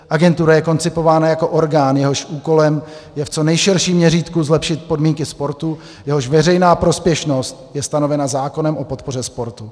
Agentura je koncipována jako orgán, jehož úkolem je v co nejširším měřítku zlepšit podmínky sportu, jehož veřejná prospěšnost je stanovena zákonem o podpoře sportu.